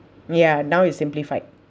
ya now is simplified